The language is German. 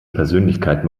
persönlichkeit